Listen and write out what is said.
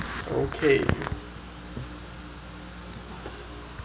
okay